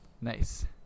Nice